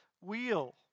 wheel